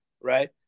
right